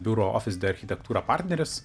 biuro ofizde architektūra partneris